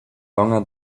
longer